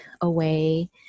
away